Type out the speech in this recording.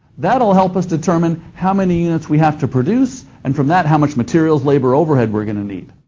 that'll help us determine how many units we have to produce, and from that, how much materials, labor, overhear we're going to need.